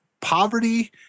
poverty